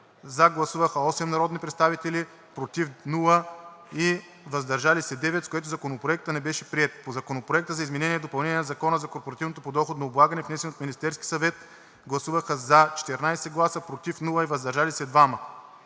„за“ гласуваха 8 народни представители, без „против“ и „въздържал се“ – 9, с което Законопроектът не беше приет. 2. По Законопроекта за изменение и допълнение на Закона за корпоративното подоходно облагане, внесен от Министерския съвет, гласува „за“ 14, без „против“ и „въздържал се“